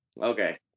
Okay